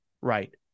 right